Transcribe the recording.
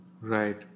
Right